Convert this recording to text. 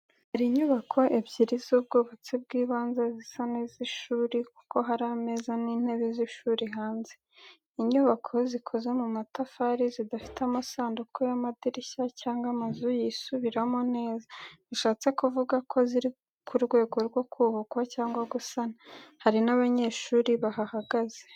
Hari inyubako ebyiri z’ubwubatsi bw’ibanze, zisa n’iz’ishuri, kuko hari ameza n’intebe z’ishuri hanze. bInyubako zikoze mu matafari zidafite amasanduku y’amadirishya cyangwa amazu yisubiramo neza, bishatse kuvuga ko ziri mu rwego rwo kubakwa cyangwa gusana. Hari n'abanyeshuri bahahagaze.